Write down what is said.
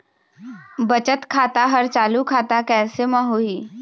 बचत खाता हर चालू खाता कैसे म होही?